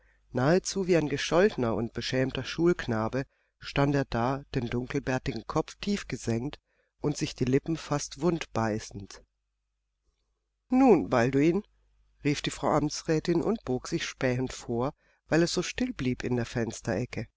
nahezu wie ein gescholtener und beschämter schulknabe stand er da den dunkelbärtigen kopf tief gesenkt und sich die lippen fast wund beißend nun balduin rief die frau amtsrätin und bog sich spähend vor weil es so still blieb in der